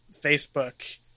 Facebook